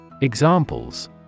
Examples